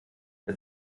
der